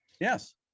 Yes